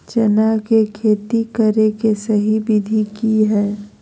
चना के खेती करे के सही विधि की हय?